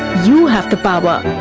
you have the power.